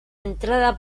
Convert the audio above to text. entrada